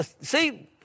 See